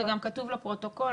זה גם כתוב לפרוטוקול,